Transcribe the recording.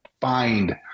find